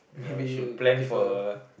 ya she would plan for a